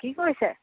কি কৰিছে